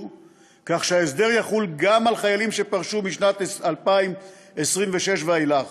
כך שההסדר יחול גם על חיילים שפרשו משנת 2026 ואילך.